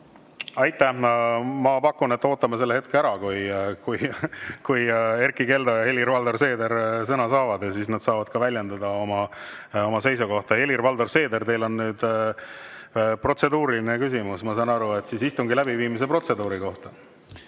Aitäh! Ma pakun, et ootame selle hetke ära, kui Erkki Keldo ja Helir-Valdor Seeder sõna saavad, ja siis nad saavad ka väljendada oma seisukohta. Helir-Valdor Seeder, teil on nüüd protseduuriline küsimus, ma saan aru, istungi läbiviimise protseduuri kohta.